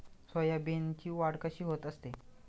सोयाबीनची वाढ कशी होत असते?